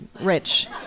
rich